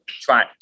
try